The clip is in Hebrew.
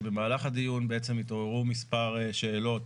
שבמהלך הדיון התעוררו מספר שאלות